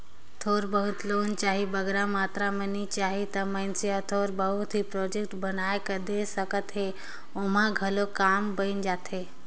थोर बहुत लोन चाही बगरा मातरा में नी चाही ता मइनसे हर थोर बहुत ही प्रोजेक्ट बनाए कर दे सकत हे ओम्हां घलो काम बइन जाथे